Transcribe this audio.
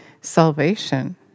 salvation